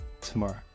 tomorrow